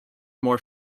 more